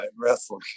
wrestling